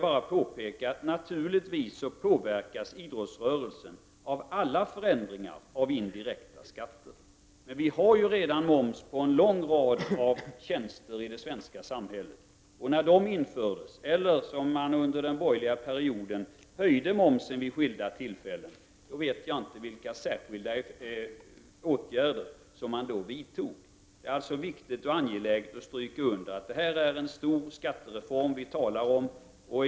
Idrottsrörelsen påverkas naturligtvis av alla förändringar när det gäller indirekta skatter. Vi har emellertid redan moms på en lång rad tjänster i det svenska samhället. När den infördes eller höjdes — under den borgliga perioden höjdes momsen vid skilda tillfällen — vet jag inte vilka särskilda åtgärder man vidtog. Det är således viktigt och angeläget att understryka att vi talar om en stor skattereform.